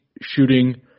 shooting